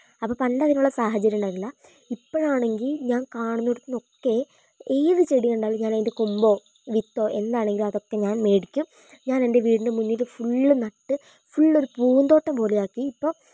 അപ്പം പണ്ടതിനുള്ള സാഹചര്യം ഉണ്ടായിരുന്നില്ല ഇപ്പഴാണെങ്കിൽ ഞാൻ കാണുന്നേടത്തുന്നൊക്കെ ഏത് ചെടി കണ്ടാലും ഞാനതിൻ്റെ കൊമ്പോ വിത്തോ എന്താണെങ്കിലും അതൊക്കെ ഞാൻ മേടിക്കും ഞാനെൻ്റെ വീടിൻ്റെ മുന്നില് ഫുള്ള് നട്ട് ഫുള്ളൊരു പൂന്തോട്ടം പോലെയാക്കിയിപ്പോൾ